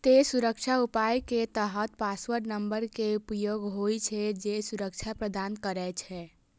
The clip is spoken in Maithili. तें सुरक्षा उपाय के तहत पासवर्ड नंबर के उपयोग होइ छै, जे सुरक्षा प्रदान करै छै